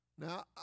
Now